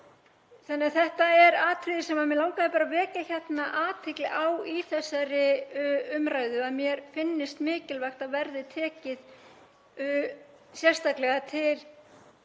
það. En þetta er atriði sem mig langaði bara að vekja athygli á í þessari umræðu að mér finnist mikilvægt að verði tekið sérstaklega til